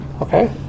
okay